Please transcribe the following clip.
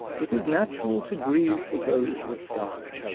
it is natural to grieve for those that die,